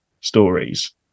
stories